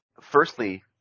Firstly